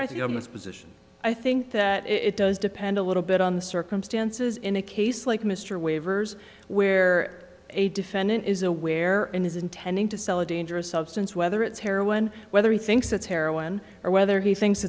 this position i think that it does depend a little bit on the circumstances in a case like mr waivers where a defendant is aware and is intending to sell a dangerous substance whether it's heroin whether he thinks it's heroin or whether he thinks